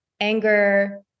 anger